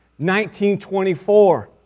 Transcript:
1924